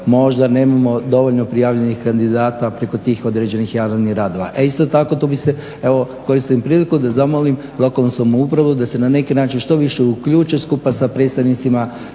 možda nemamo dovoljno prijavljenih kandidata preko tih određenih javnih radova a isto tako tu bi se evo koristim priliku da zamolim lokalnu samoupravu da se na neki način što više uključe skupa sa predstavnicima